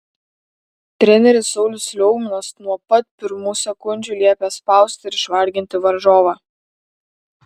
treneris saulius liaugminas nuo pat pirmų sekundžių liepė spausti ir išvarginti varžovą